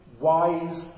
wise